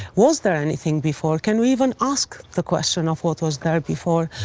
was there anything before? can we even ask the question of what was there before,